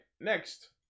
next